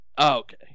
okay